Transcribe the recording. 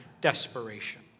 desperation